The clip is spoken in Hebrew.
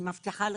אני מבטיחה לך.